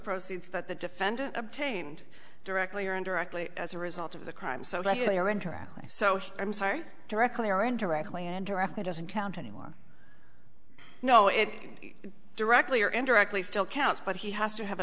proceeds that the defendant obtained directly or indirectly as a result of the crime so they are interacting so i'm sorry directly or indirectly and directly doesn't count anymore no it directly or indirectly still counts but he has to have